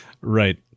Right